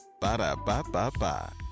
Ba-da-ba-ba-ba